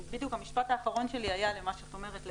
בדיוק המשפט האחרון שלי היה לגבי מה שאת אומרת,